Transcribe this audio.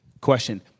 Question